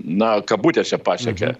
na kabutėse pasiekė